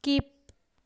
skip